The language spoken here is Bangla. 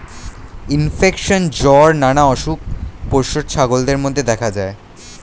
ইনফেকশন, জ্বর নানা অসুখ পোষ্য ছাগলদের মধ্যে দেখা যায়